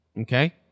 Okay